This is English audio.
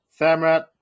Samrat